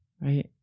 right